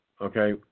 Okay